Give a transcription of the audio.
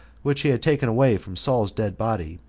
which he had taken away from saul's dead body,